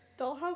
Dollhouse